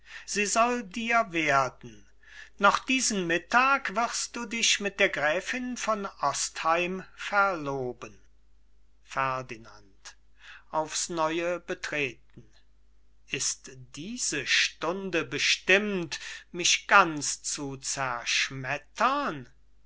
sie soll dir werden noch diesen mittag wirst du dich mit der gräfin von ostheim verloben ferdinand aufs neue betreten ist diese stunde bestimmt mich ganz zu zerschmettern